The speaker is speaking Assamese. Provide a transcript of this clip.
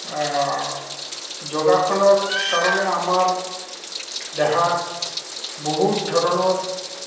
যোগাসনৰ কাৰণে আমাৰ দেহাত বহুত ধৰণৰ